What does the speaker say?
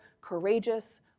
courageous